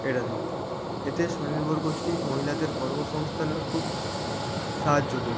এটার থেকতে এতে স্বনির্ভর গোষ্ঠী মহিলাদের কর্মসংস্থানেরও খুব সাহায্য করছে